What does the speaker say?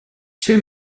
two